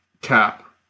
Cap